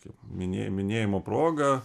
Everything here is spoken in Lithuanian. kaip minėj minėjimo proga